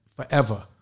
forever